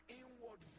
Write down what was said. inward